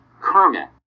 Kermit